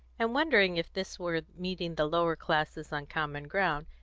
and wondering if this were meeting the lower classes on common ground,